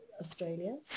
Australia